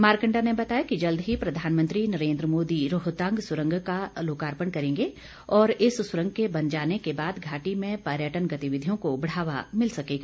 मारकंडा ने बताया कि जल्द ही प्रधानमंत्री नरेन्द्र मोदी रोहतांग सुरंग का लोकार्पण करेंगे और इस सुरंग के बन जाने के बाद घाटी में पर्यटन गतिविधियों को बढ़ावा मिल सकेगा